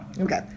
Okay